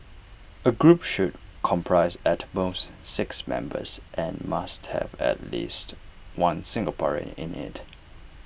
A group should comprise at most six members and must have at least one Singaporean in IT